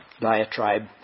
diatribe